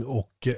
och